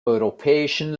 europäischen